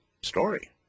story